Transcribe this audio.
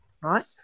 right